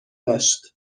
داشت